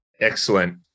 Excellent